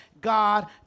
God